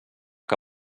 que